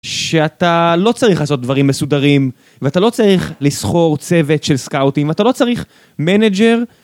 שאתה... לא צריך לעשות דברים מסודרים, ואתה לא צריך לסחור צוות של סקאוטים, ואתה לא צריך מנאג'ר,